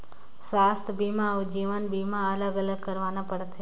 स्वास्थ बीमा अउ जीवन बीमा अलग अलग करवाना पड़थे?